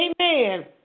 Amen